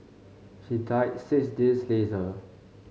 he died six days later